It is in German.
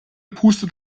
pustet